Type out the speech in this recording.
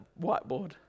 whiteboard